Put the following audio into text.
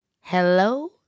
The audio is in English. Hello